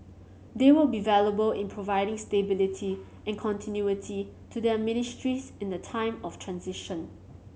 they will be valuable in providing stability and continuity to their ministries in the time of transition